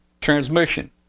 transmission